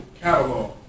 catalog